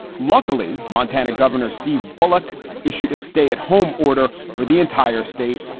luckily, montana governor steve bullock issued a stay at home order for the entire state,